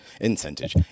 incentive